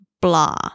blah